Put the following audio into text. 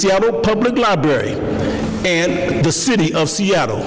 seattle public library and the city of seattle